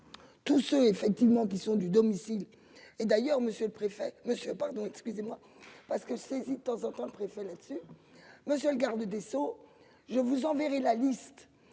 Tout ceux effectivement qui sont du domicile. Et d'ailleurs Monsieur le Préfet, Monsieur, pardon, excusez-moi parce que. Saisie de temps en temps le préfet là-dessus monsieur le garde des Sceaux je vous enverrai la liste